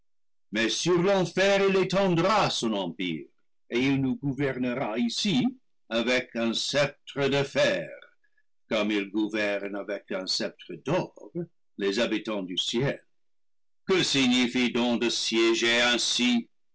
mais sur l'enfer il étendra son empire et il nous gouvernera ici avec un sceptre de fer comme il gouverne avec un sceptre d'or les habitants du ciel que signifie donc de siéger ainsi